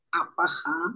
apaha